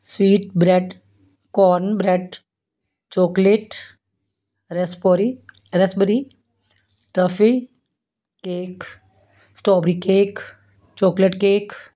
sweetbread cornbread chocolate raspberry raspberry toffee cake strawberry cake chocolate cake